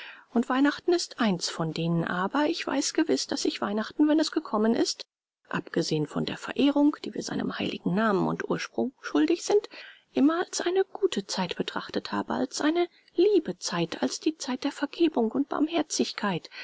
und weihnachten ist eins von denen aber ich weiß gewiß daß ich weihnachten wenn es gekommen ist abgesehen von der verehrung die wir seinem heiligen namen und ursprung schuldig sind immer als eine gute zeit betrachtet habe als eine liebe zeit als die zeit der vergebung und barmherzigkeit